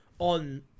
on